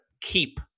keep